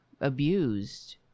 abused